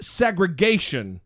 segregation